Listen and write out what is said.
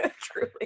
truly